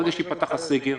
ברגע שיפתח הסגר,